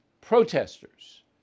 Protesters